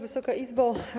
Wysoka Izbo!